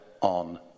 on